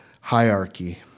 hierarchy